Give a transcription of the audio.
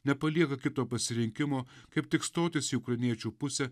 nepalieka kito pasirinkimo kaip tik stotis į ukrainiečių pusę